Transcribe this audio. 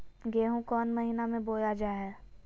गेहूँ कौन महीना में बोया जा हाय?